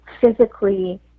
physically